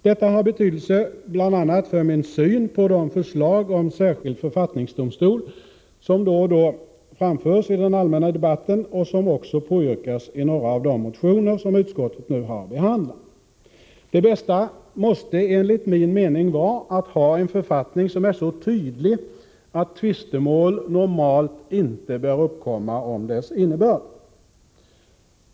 Detta har betydelse bl.a. för min syn på de förslag om en särskild författningsdomstol som då och då framförs i den allmänna debatten och som också påyrkas i några av de motioner som utskottet nu har behandlat. Det bästa måste enligt min mening vara att ha en författning som är så tydlig att tvistemål normalt inte bör uppkomma om dess innebörd.